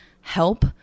help